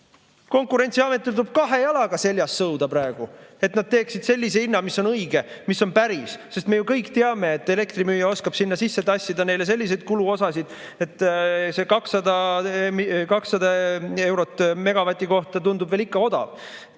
Konkurentsiametil tuleb kahe jalaga seljas sõuda praegu, et nad teeksid sellise hinna, mis on õige, mis on päris. Me ju kõik teame, et elektrimüüja oskab sinna sisse tassida selliseid kuluosasid, et see 200 eurot megavati kohta tundub veel ikka odav.